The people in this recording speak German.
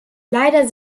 leider